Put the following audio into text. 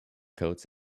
coats